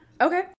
Okay